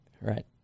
Right